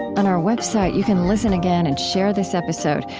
on our website you can listen again and share this episode.